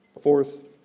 Fourth